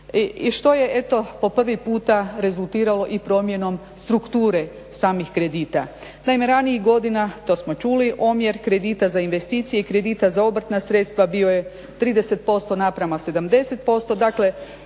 eto po prvi puta rezultiralo i promjenom strukture samih kredita. Naime ranijih godina, to smo čuli, omjer kredita za investicije i kredita za obrtna sredstva bio je 30%:70%,